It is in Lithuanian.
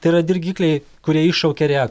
tėra dirgikliai kurie iššaukia reak